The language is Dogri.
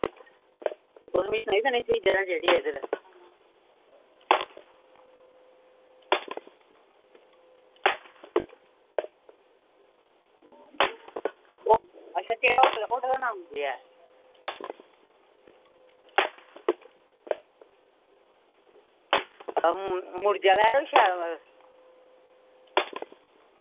ते तुस मिगी सनाई सकने स्हेई जगाह् केह्ड़ी ऐ इद्धर अच्छा केह्ड़ा होटल ऐ होटला दा नांऽ केह् ऐ ऐ कोई शैल